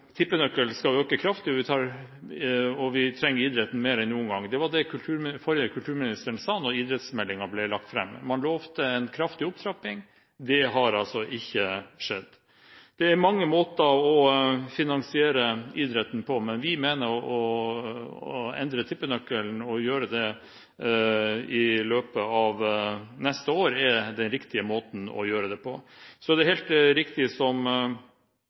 tippenøkkelen skal øke kraftig, og vi trenger idretten mer enn noen gang, sa den forrige kulturministeren da idrettsmeldingen ble lagt fram. Man lovet en kraftig opptrapping – det har ikke skjedd. Det er mange måter å finansiere idretten på, men vi mener at å endre tippenøkkelen og gjøre det i løpet av neste år er den riktige måten å gjøre det på. Det er helt riktig, som